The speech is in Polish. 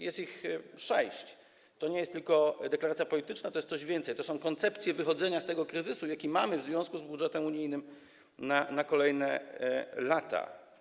Jest ich sześć, to nie jest tylko deklaracja polityczna, to jest coś więcej, to są koncepcje wychodzenia z tego kryzysu, jaki mamy w związku z budżetem unijnym na kolejne lata.